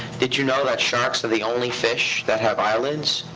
did you know that sharks the the only fish that have eyelids?